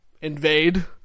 Invade